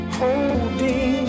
holding